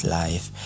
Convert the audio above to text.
life